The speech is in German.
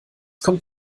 kommt